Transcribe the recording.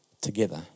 together